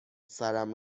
سرم